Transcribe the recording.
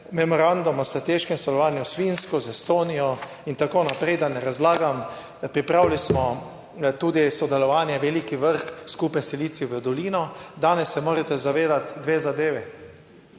memorandum o strateškem sodelovanju s Finsko, z Estonijo in tako naprej, da ne razlagam. Pripravili smo tudi sodelovanje Veliki vrh skupaj s Silicijevo v dolino. Danes se morate zavedati dve zadevi.